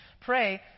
pray